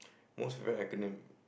most favourite acronym